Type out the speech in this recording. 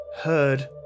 heard